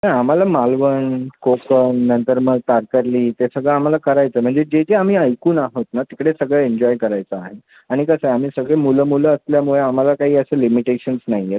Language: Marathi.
नाय आम्हाला मालवण कोकन नंतर मग तारकर्ली ते सगळं आम्हाला करायचं आहे म्हणजे जे जे आम्ही ऐकून आहोत ना तिकडे सगळं एन्जॉय करायचं आहे आणि कसं आहे आम्ही सगळे मुलं मुलं असल्यामुळे आम्हाला काही असे लिमिटेशन्स नाही आहेत